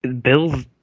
Bills